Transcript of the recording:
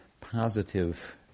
positive